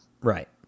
Right